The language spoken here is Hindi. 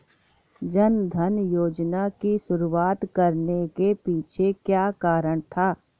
जन धन योजना की शुरुआत करने के पीछे क्या कारण था?